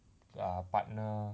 err partner